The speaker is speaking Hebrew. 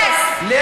עתיד,